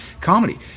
comedy